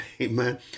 Amen